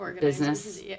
business